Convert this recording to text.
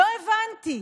לא הבנתי.